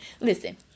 Listen